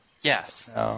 Yes